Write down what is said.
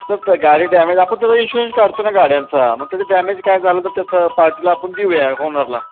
sir तर गाडी damage आपण त्याचा इन्शुरन्स काढतो ना गाड्यांचा मग त्याचे डॅमेज काय झालं तर त्या थं पार्टीला आपण देऊया ओनरला